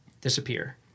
Disappear